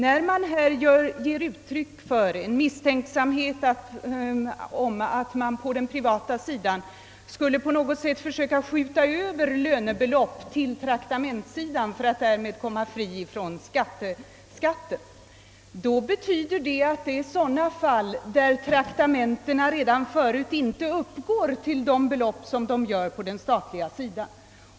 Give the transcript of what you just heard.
När det här ges uttryck för misstanken att man på den privata sidan på något sätt skulle försöka skjuta över lönebelopp = till traktamentsavdelningen för att befrias från skatt, gäller det sådana fall där traktamentena redan förut inte uppgår till de belopp som betalas på den statliga sidan.